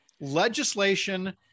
legislation